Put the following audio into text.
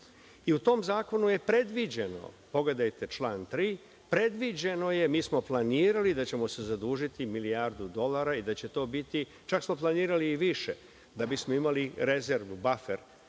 tom zakonu je predviđeno, pogledajte član 3, predviđeno je i mi smo planirali da ćemo se zadužiti milijardu dolara, čak smo planirali i više da bismo imali rezervu, jer